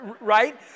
right